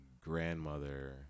grandmother